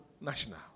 national